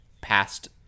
past